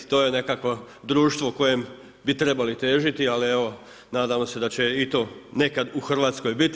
To je nekakvo društvo kojem bi trebali težiti ali evo nadamo se da će i to nekad u Hrvatskoj biti.